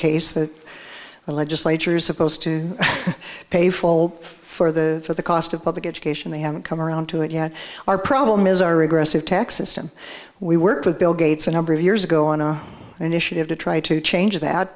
case that the legislature is supposed to pay full for the for the cost of public education they haven't come around to it yet our problem is our regressive tax system we work with bill gates a number of years ago on a initiative to try to change that